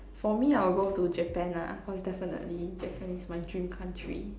for me I will go to Japan lah cause definitely Japan is my dream country